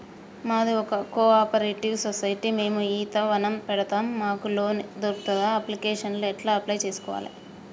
మాది ఒక cooperative society మేము ఈత వనం పెడతం మాకు లోన్ దొర్కుతదా? అప్లికేషన్లను ఎట్ల అప్లయ్ చేయాలే?